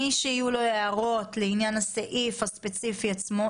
מי שיהיו לו הערות לעניין הסעיף הספציפי עצמו,